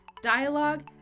dialogue